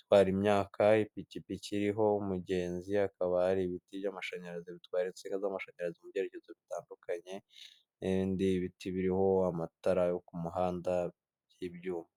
itwara imyaka ipikipiki iriho umugenzi akaba hari ibiti by'amashanyarazi bitwara insinga z'amashanyarazi mu byegezo bitandukanye n'indi biti biriho amatara yo ku muhanda by'ibyuma.